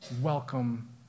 welcome